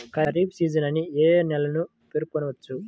Kharif season అని ఏ ఏ నెలలను పేర్కొనవచ్చు?